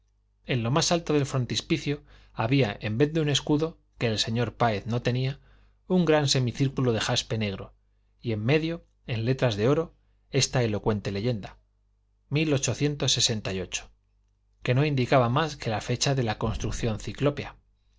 en lo más alto del frontispicio había en vez de un escudo que el señor páez no tenía un gran semicírculo de jaspe negro y en medio en letras de oro esta elocuente leyenda que no indicaba más que la fecha de la construcción ciclópea